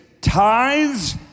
tithes